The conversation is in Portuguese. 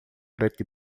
preto